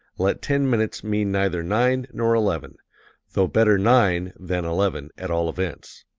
let ten minutes mean neither nine nor eleven though better nine than eleven, at all events.